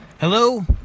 Hello